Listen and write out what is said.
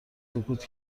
سکوت